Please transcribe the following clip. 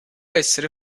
essere